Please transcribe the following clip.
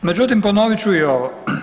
Međutim, ponovit ću i ovo.